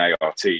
ART